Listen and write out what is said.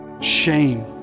Shame